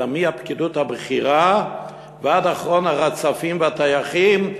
אלא מהפקידות הבכירה ועד אחרון הרצפים והטייחים,